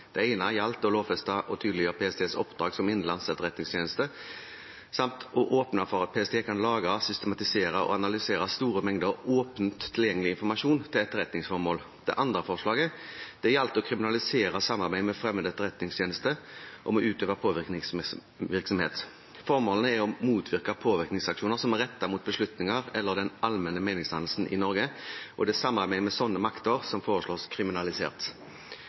tydeliggjøre PSTs oppdrag som innenlands etterretningstjeneste samt å åpne for at PST kan lagre, systematisere og analysere store mengder åpent tilgjengelig informasjon til etterretningsformål. Det andre forslaget gjaldt å kriminalisere samarbeid med fremmed etterretningstjeneste om å utøve påvirkningsvirksomhet. Formålet er å motvirke påvirkningsaksjoner som er rettet mot beslutninger eller den allmenne meningsdannelsen i Norge, og det er samarbeid med slike makter som foreslås kriminalisert.